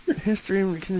History